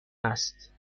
است